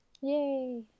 Yay